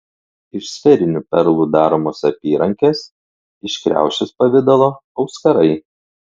iš sferinių perlų daromos apyrankės iš kriaušės pavidalo auskarai